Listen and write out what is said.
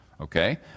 Okay